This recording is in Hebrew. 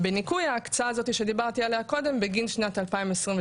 בניכוי ההקצאה הזאת שדיברתי עליה קודם בגין שנת 2023,